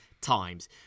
times